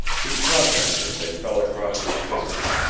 he caught them as they fell across his fingers,